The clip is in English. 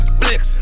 flex